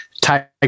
Tiger